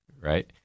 right